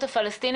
עמליה,